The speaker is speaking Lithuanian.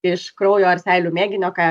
iš kraujo ar seilių mėginio ką